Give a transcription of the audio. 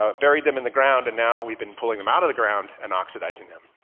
ah buried them in the ground and now we've been pulling them out of the ground and oxidizing them.